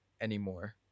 anymore